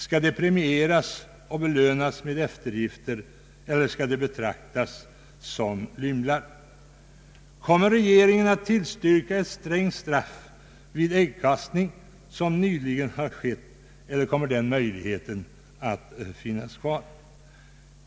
Skall de premieras och belönas med eftergifter eller skall de betraktas som ”lymlar”? Kommer regeringen också i fortsättningen att som nu skett tillstyrka ett strängt straff för äggkastning som nyligen har skett och kommer att ske framdeles eller kommer den möjligheten inte att finnas kvar?